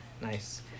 nice